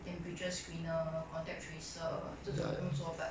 temperature screener contact tracer 这种工作 but